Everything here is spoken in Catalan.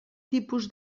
tipus